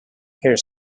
here